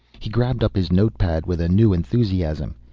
he grabbed up his noteplate with a new enthusiasm.